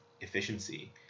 efficiency